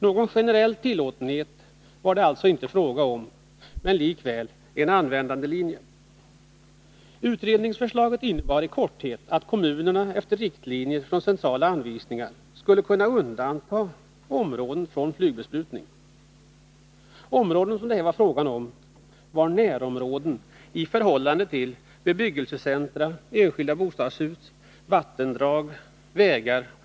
Någon generell tillåtelse var det alltså inte fråga om, men om en användandelinje. Utredningsförslaget innebar i korthet att kommunerna, på basis av centrala riktlinjer, skulle kunna undanta områden från flygbesprutning. Det gällde här områden som är belägna nära bebyggelsecentra, enskilda bostadshus, vattendrag, vägar o. d.